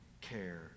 care